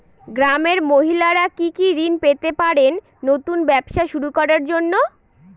গ্রামের মহিলারা কি কি ঋণ পেতে পারেন নতুন ব্যবসা শুরু করার জন্য?